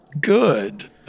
good